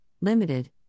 Limited